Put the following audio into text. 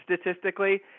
statistically